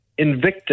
Invicta